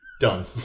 Done